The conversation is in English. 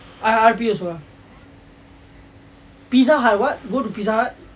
R_P also ah pizza hut what go to pizza hut